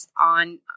on